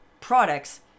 products